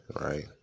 right